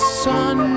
sun